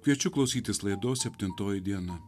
kviečiu klausytis laidos septintoji diena